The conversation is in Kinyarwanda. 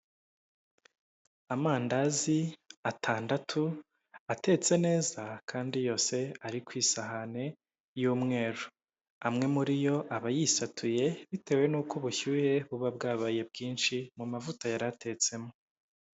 Amandazi atandatu atetse neza kandi yose ari kw' isahani y'umweru. Amwe muri yo aba yisatuye ,bitewe n'uko ubushyuhe buba bwabaye bwinshi mu mavuta yari atetsemo.